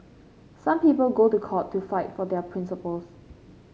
some people go to court to fight for their principles